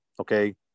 Okay